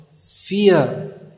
fear